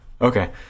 Okay